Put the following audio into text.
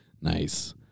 Nice